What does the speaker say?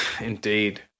indeed